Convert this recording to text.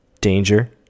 danger